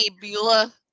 Beulah